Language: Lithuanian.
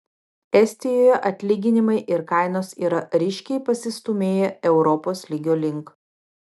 estijoje atlyginimai ir kainos yra ryškiai pasistūmėję europos lygio link